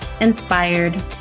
inspired